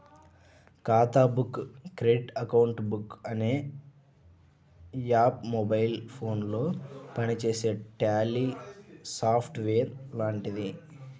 ఖాతా book credit account book అనే app mobile ఫోనులో పనిచేసే ట్యాలీ సాఫ్ట్ వేర్ లాంటిది